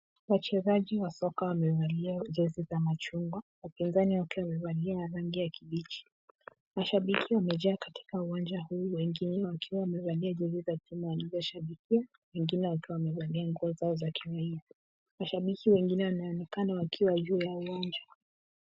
Wachezaji wa soka wamevalia jezi za machungwa, upinzani wakiwa wamevalia rangi za kibichi. Mashabiki wamejaa katika uwanja huu wengine wakiwa wamevalia jezi za timu wanazoshabikia, wengine wakiwa wamevalia nguo zao za kiraia. Mashabiki wengine wanaonekana wakiwa juu ya uwanja.